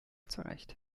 zurecht